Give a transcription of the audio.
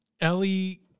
Ellie